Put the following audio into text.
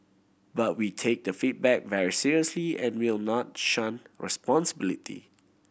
but we take the feedback very seriously and we will not shun responsibility